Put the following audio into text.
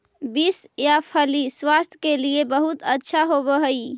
beans या फली स्वास्थ्य के लिए बहुत अच्छा होवअ हई